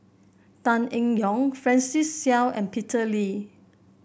Tan Eng Yoon Francis Seow and Peter Lee